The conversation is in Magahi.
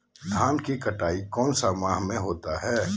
धान की कटाई कौन सा माह होता है?